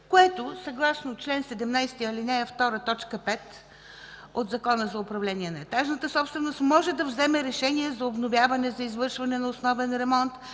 което съгласно чл. 17, ал. 2, т. 5 от Закона за управление на етажната собственост може да вземе решение за обновяване, за извършване на основен ремонт,